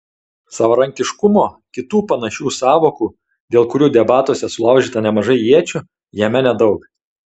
savarankiškumo kitų panašių sąvokų dėl kurių debatuose sulaužyta nemažai iečių jame nedaug